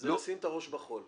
זה לשים את הראש בחול.